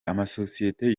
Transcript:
amasosiyete